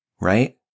right